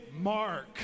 mark